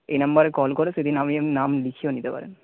এই নাম্বারে কল করে সেদিন নাম লিখিয়েও নিতে পারেন